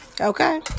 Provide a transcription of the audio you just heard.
Okay